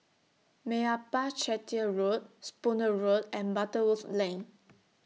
Meyappa Chettiar Road Spooner Road and Butterworth Lane